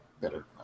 better